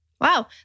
Wow